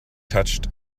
touched